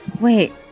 Wait